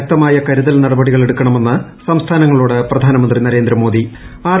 ശക്തമായ കരുതൽ നടപടികളെടുക്കണമെന്ന് സംസ്ഥാനങ്ങളോട് പ്രധാനമന്ത്രി നരേന്ദ്രമോദി ആർ